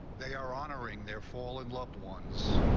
they are honoring their fallen loved ones.